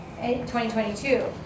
2022